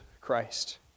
Christ